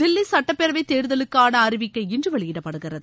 தில்லி சட்டப்பேரவை தேர்தலுக்கான அறிவிக்கை இன்று வெளியிடப்படுகிறது